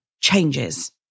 changes